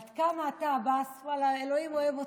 עד כמה אתה, עבאס, ואללה, אלוהים אוהב אותי,